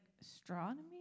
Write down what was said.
astronomy